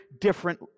different